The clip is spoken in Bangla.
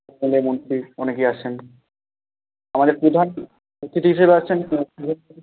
এম এল এ মন্ত্রী অনেকেই আসছেন আমাদের প্রধান অতিথি হিসেবে আসছেন